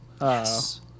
Yes